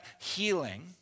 healing